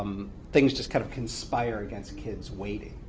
um things just kind of conspire against kids waiting.